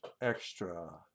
Extra